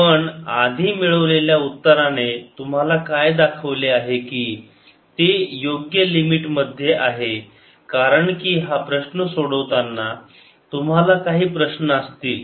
पण आधी मिळवलेल्या उत्तराने तुम्हाला काय दाखवले आहे की ते योग्य लिमिट मध्ये आहे कारण की हा प्रश्न सोडवताना तुम्हाला काही प्रश्न असतील